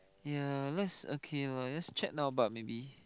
ya let's okay lah let's check now but maybe